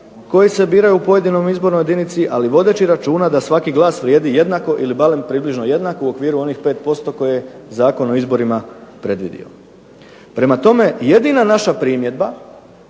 koji se biraju u pojedinoj izbornoj jedinici, ali vodeći računa da svaki glas vrijedi jednako ili barem približno jednako u okviru onih 5% koje je Zakon o izborima predvidio. Prema tome jedina naša primjedba